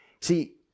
See